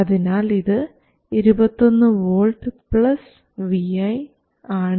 അതിനാൽ ഇത് 21 V vi ആണ്